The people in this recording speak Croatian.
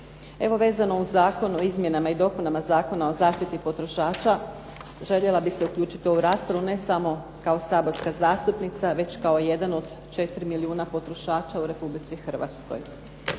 uz Zakon o izmjenama i dopunama Zakona o zaštiti potrošača željela bih se uključiti u ovu raspravu. Ne samo kao saborska zastupnica, već kao jedan od 4 milijuna potrošača u Republici Hrvatskoj.